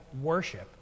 worship